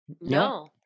No